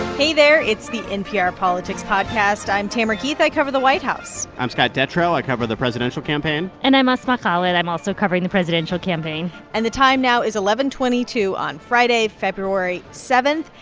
hey there. it's the npr politics podcast. i'm tamara keith. i cover the white house i'm scott detrow. i cover the presidential campaign and i'm asma khalid. i'm also covering the presidential campaign and the time now is eleven twenty two on friday, february seven.